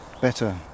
better